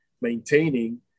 maintaining –